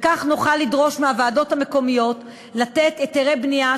וכך נוכל לדרוש מהוועדות המקומיות לתת היתרי בנייה,